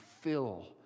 fill